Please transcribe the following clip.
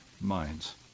minds